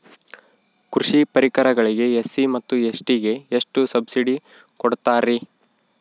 ಕೃಷಿ ಪರಿಕರಗಳಿಗೆ ಎಸ್.ಸಿ ಮತ್ತು ಎಸ್.ಟಿ ಗೆ ಎಷ್ಟು ಸಬ್ಸಿಡಿ ಕೊಡುತ್ತಾರ್ರಿ?